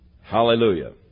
Hallelujah